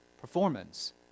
performance